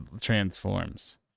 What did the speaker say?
transforms